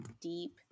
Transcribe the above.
deep